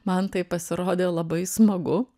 man tai pasirodė labai smagu